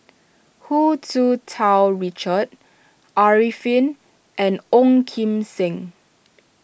Hu Tsu Tau Richard Arifin and Ong Kim Seng